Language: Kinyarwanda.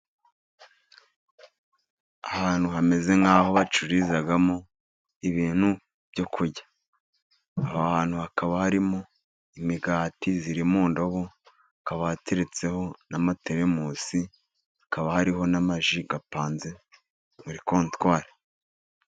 Ahantu hameze nk'aho bacururizamo ibintu byo kurya. Aha hantu hakaba harimo imigati iri mu ndobo hakaba hateretseho n'amatelemosi, hakaba hariho n'amaji apanze muri kontwari.